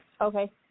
Okay